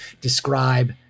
describe